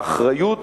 האחריות